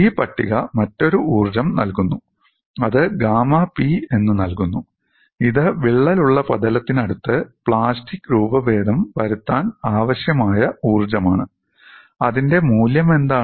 ഈ പട്ടിക മറ്റൊരു ഊർജ്ജം നൽകുന്നു അത് 'ഗാമാ പി' എന്ന് നൽകുന്നു ഇത് വിള്ളലുള്ള പ്രതലത്തിനടുത്ത് പ്ലാസ്റ്റിക് രൂപഭേദം വരുത്താൻ ആവശ്യമായ ഊർജ്ജമാണ് അതിന്റെ മൂല്യം എന്താണ്